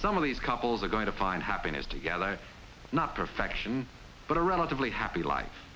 some of these couples are going to find happiness together not perfection but a relatively happy life